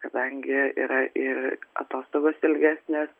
kadangi yra ir atostogos ilgesnės